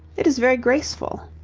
it is very graceful.